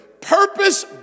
purpose